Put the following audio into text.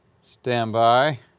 Standby